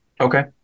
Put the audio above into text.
Okay